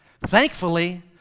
Thankfully